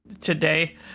today